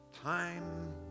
time